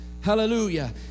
Hallelujah